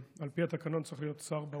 על פי התקנון צריך להיות שר באולם.